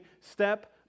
step